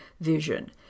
vision